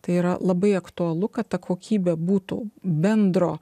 tai yra labai aktualu kad ta kokybė būtų bendro